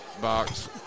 box